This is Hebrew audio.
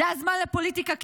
זה הזמן לפוליטיקה קטנה?